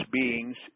beings